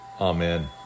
Amen